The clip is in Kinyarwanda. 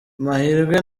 mahirwe